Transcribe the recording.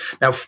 Now